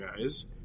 guys